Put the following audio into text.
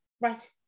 Right